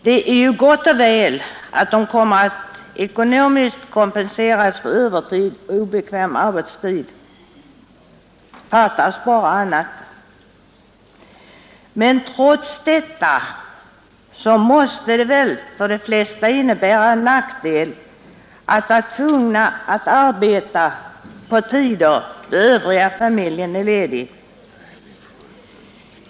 Det är gott och väl att de kommer att ekonomiskt kompenseras för övertid och obekväm arbetstid — fattas bara annat! Men trots detta måste det väl för de flesta innebära en nackdel att vara tvungen att arbeta på tider då övriga familjemedlemmar är lediga.